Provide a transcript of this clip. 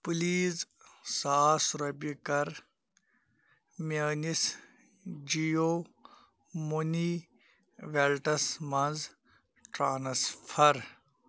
please ساس رۄپیہِ کَر میٛٲنِس جِیوٗ مُنی ویلٹس مَنٛز ٹرٛانٕسفر